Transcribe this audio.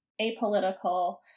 apolitical